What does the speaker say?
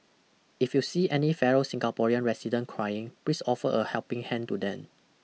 if you see any fellow Singaporean residents crying please offer a helping hand to them